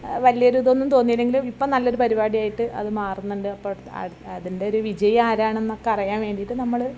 വലിയൊരു ഇതൊന്നും തോന്നിയില്ലെങ്കിലും ഇപ്പോൾ നല്ലൊരു പരിപാടി ആയിട്ട് ഇത് മാറുന്നുണ്ട് അപ്പോൾ അതിൻ്റെ ഒരു വിജയി ആരാണെന്നൊക്കെ അറിയാൻ വേണ്ടിയിട്ട് നമ്മൾ